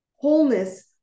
wholeness